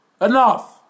Enough